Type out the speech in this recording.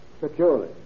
Securely